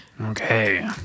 Okay